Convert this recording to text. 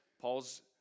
Paul's